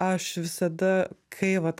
aš visada kai vat